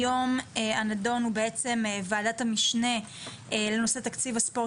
היום הנדון הוא ועדת המשנה לנושא תקציב הספורט